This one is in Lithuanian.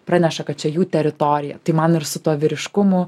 praneša kad čia jų teritorija tai man ir su tuo vyriškumu